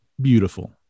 beautiful